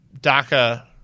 DACA